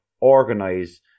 organize